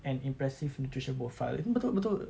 an impressive nutrition profile ini betul betul